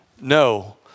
No